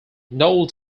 noel